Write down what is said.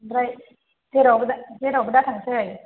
ओमफ्राय जेरावबो जेरावबो दाथांसै